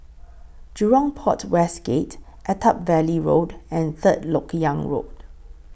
Jurong Port West Gate Attap Valley Road and Third Lok Yang Road